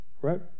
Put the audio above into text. right